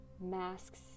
masks